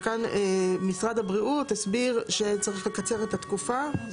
וכאן משרד הבריאות הסביר שצריך לקצר את התקופה.